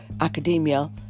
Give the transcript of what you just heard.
academia